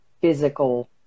physical